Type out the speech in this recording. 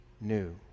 new